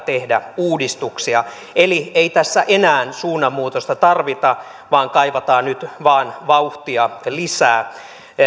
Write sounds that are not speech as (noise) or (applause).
(unintelligible) tehdä uudistuksia eli ei tässä enää suunnanmuutosta tarvita vaan kaivataan nyt vain vauhtia lisää